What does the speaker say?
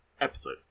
episode